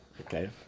Okay